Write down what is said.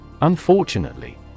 Unfortunately